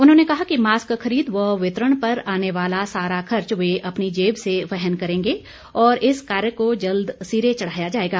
उन्होंने कहा कि मास्क खरीद व वितरण पर आने वाला सारा खर्च वे अपनी जेब से वहन करेंगे और इस कार्य को जल्द सिरे चढ़ाया जाएगा